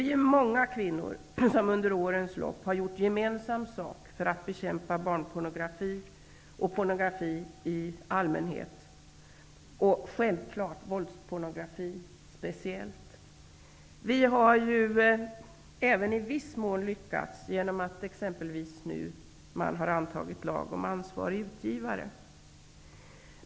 Vi är många kvinnor som under årens lopp har gjort gemensam sak för att bekämpa barnpornografi, pornografi i allmänhet och naturligtvis speciellt våldspornografi. Vi har även i viss mån lyckats, t.ex. genom att det har antagits en lag om ansvarig utgivare.